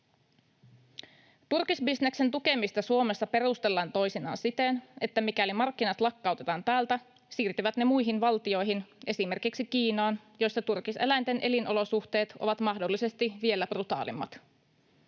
Turkisbisneksen tukemista Suomessa perustellaan toisinaan siten, että mikäli markkinat lakkautetaan täältä, siirtyvät ne muihin valtioihin, esimerkiksi Kiinaan, jossa turkiseläinten elinolosuhteet ovat mahdollisesti vielä brutaalimmat.